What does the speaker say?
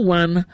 one